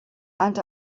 and